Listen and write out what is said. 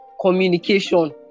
communication